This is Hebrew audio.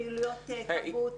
פעילויות תרבות,